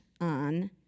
on